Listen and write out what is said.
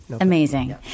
amazing